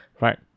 right